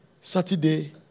Saturday